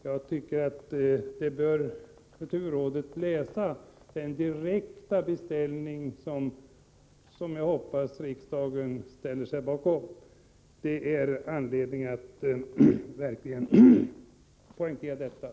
Jag tycker att kulturrådet bör läsa den direkta beställning som jag hoppas riksdagen ställer sig bakom. Det finns verkligen anledning att poängtera detta.